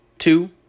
two